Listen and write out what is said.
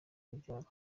urubyaro